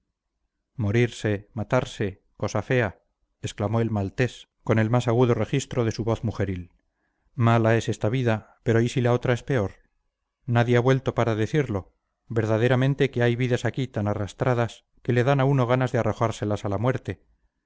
morirse matarse cosa fea exclamó el maltés con el más agudo registro de su voz mujeril mala es esta vida pero y si la otra es peor nadie ha vuelto para decirlo verdaderamente que hay vidas aquí tan arrastradas que le dan a uno ganas de arrojárselas a la muerte